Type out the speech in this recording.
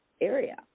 area